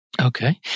Okay